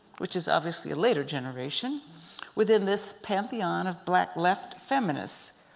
which is obviously a later generation within this pantheon of black left feminists,